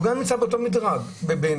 הוא גם נמצא באותו מדרג בעיני.